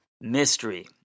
mystery